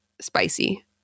spicy